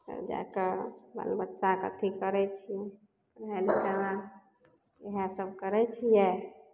तब जा कऽ बाल बच्चाके अथि करै छियै इएहसभ करै छियै